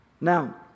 Now